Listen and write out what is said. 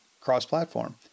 cross-platform